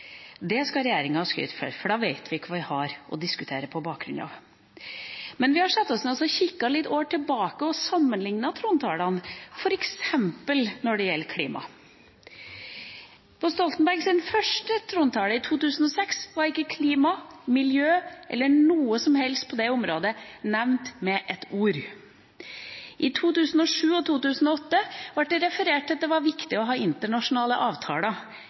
Det skal regjeringa ha skryt for, for da vet vi på hvilken bakgrunn vi diskuterer. Men vi har satt oss ned, kikket litt på år tilbake og sammenlignet trontalene, f.eks. når det gjelder klima. I Stoltenbergs første trontale, i 2006, var ikke klima, miljø eller noe som helst på det området nevnt med ett ord. I 2007 og 2008 ble det referert til at det var viktig å ha internasjonale avtaler.